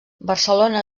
barcelona